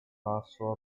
basso